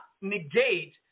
negate